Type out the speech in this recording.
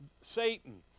Satan